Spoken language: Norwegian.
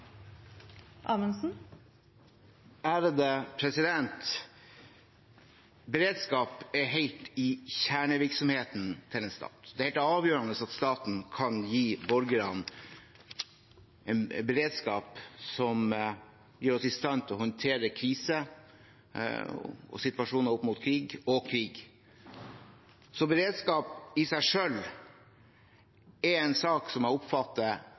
til en stat. Det er helt avgjørende at staten kan gi borgerne en beredskap som gjør oss i stand til å håndtere kriser og situasjoner opp mot krig og krig. Beredskap i seg selv er en sak som jeg oppfatter